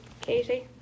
Katie